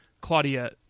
Claudia